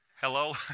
Hello